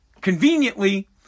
conveniently